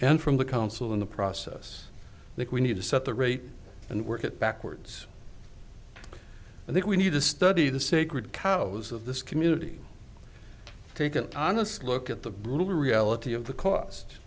and from the council in the process that we need to set the rate and work it backwards and then we need to study the sacred cows of this community take an honest look at the brutal reality of the cost